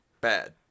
Bad